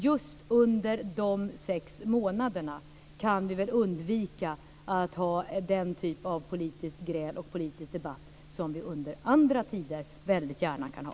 Just under de sex månaderna kan vi väl undvika att ha den typ av politiskt gräl och politisk debatt som vi under andra tider väldigt gärna kan ha.